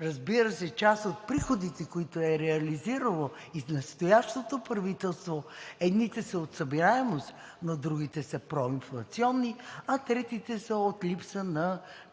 Разбира се, част от приходите, които е реализирало и настоящото правителство, едните са от събираемост, но другите са проинфлационни, а третите са от липса на